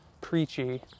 preachy